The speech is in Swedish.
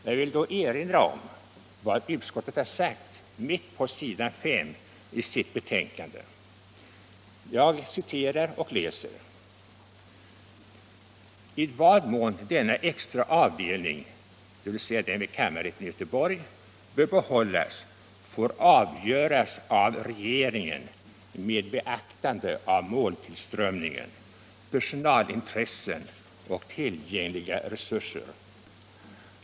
Jag vill då erinra om vad utskottet sagt mitt på s. 5 i sitt betänkande nr 35: ”I vad mån denna extra avdelning” - dvs. den vid kammarrätten i Göteborg — ”bör behållas får avgöras av regeringen med beaktande av måltillströmningen, personalintressen och tillgängliga resurser.